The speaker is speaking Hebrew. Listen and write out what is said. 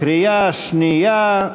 קריאה שנייה.